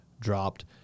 dropped